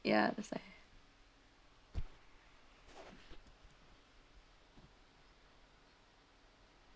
ya that's right